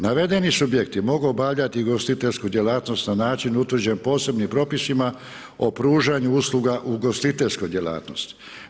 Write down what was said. Navedeni subjekti mogu obavljati ugostiteljsku djelatnost na način utvrđen posebnim propisima o pružanju usluga u ugostiteljskoj djelatnosti.